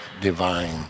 divine